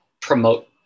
promote